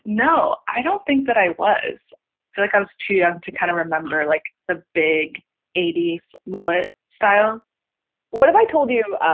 no, i don't think that. i was like i was too young to kind of remember, like, the big eighty s mullet style what have i told you